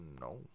No